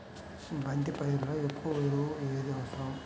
బంతి పైరులో ఎక్కువ ఎరువు ఏది అవసరం?